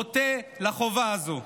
חוטא לחובה הזו.